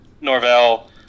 Norvell